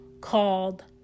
called